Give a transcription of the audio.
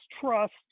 trust